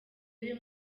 y’uyu